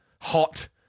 hot